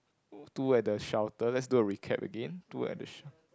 two at the shelter let's do a recap again two at the shel~